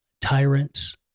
tyrants